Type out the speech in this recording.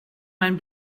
mein